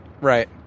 Right